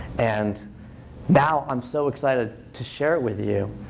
and now i'm so excited to share it with you.